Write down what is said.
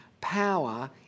power